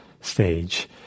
stage